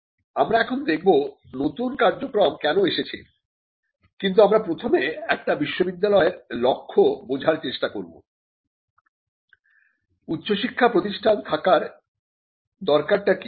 আমরা এখন দেখব নতুন কার্যক্রম কেন এসেছে কিন্তু আমরা প্রথমে একটি বিশ্ববিদ্যালয়ের লক্ষ্য বোঝার চেষ্টা করব উচ্চশিক্ষা প্রতিষ্ঠান থাকার দরকার টা কি